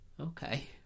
Okay